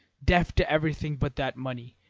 deaf to everything but that money,